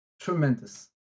tremendous